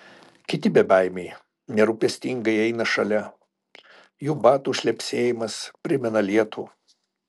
kiti bebaimiai nerūpestingai eina šalia jų batų šlepsėjimas primena lietų